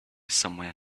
somewhere